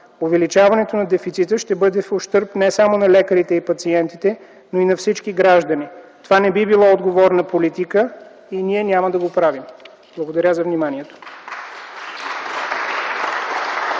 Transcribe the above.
Увеличаването на дефицита ще бъде в ущърб не само на лекарите и пациентите, но и на всички граждани. Това не би било отговорна политика и ние няма да го правим. Благодаря за вниманието.